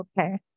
Okay